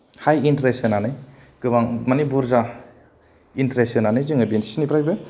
high interest होनानै गोबां माने बुरजा इन्ट्रेस्ट होनानै जों बेसिनिफ्रायबो